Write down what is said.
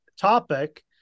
topic